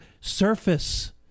surface